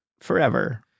Forever